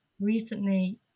recently